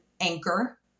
Anchor